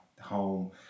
home